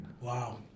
Wow